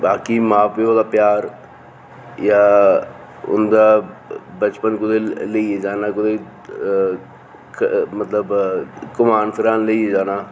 बाकी मां प्यो दा प्यार जां उं'दा बचपन कुतै लेइयै जाना कुतै बी क मतलब घमान फिरान लेइयै जाना